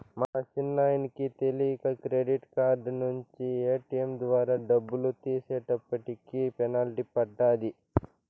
మా సిన్నాయనకి తెలీక క్రెడిట్ కార్డు నించి ఏటియం ద్వారా డబ్బులు తీసేటప్పటికి పెనల్టీ పడ్డాది